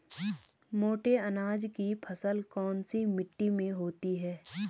मोटे अनाज की फसल कौन सी मिट्टी में होती है?